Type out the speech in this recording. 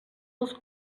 els